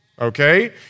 okay